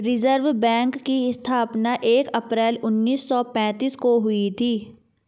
reserve bank की स्थापना एक अप्रैल उन्नीस सौ पेंतीस को हुई थी